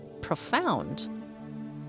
profound